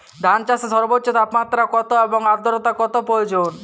ধান চাষে সর্বোচ্চ তাপমাত্রা কত এবং আর্দ্রতা কত প্রয়োজন?